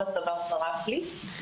כל הצוואר שרף לי.